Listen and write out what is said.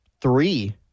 three